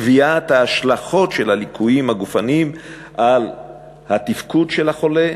קביעת ההשלכות של הליקויים הגופניים על התפקוד של החולה,